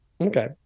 okay